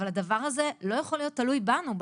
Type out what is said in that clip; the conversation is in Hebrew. אבל הדבר הזה לא יכול להיות תלוי בנו,